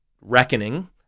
reckoning